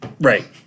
Right